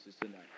tonight